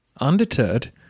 Undeterred